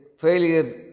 failures